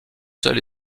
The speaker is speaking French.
seule